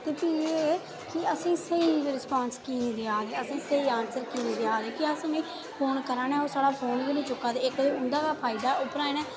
ते भी एह् असेंगी स्हेई रिस्पांस कीऽ निं देआ दे कीऽ असेंगी स्हेई ऑनसर कीऽ निं देआ दे कि अस उ'नेंगी फोन करा नै ओह् साढ़ा फोन गै निं चुक्का दे ते उंदा गै फायदा उप्परा इ'नें